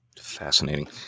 Fascinating